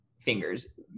fingers